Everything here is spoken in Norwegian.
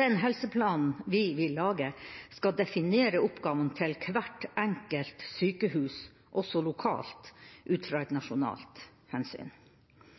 «Den helseplanen vi skal lage, vil definere oppgavene til hvert enkelt sykehus, også lokalt, ut fra et nasjonalt hensyn.»